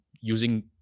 using